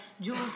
Jules